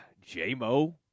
J-Mo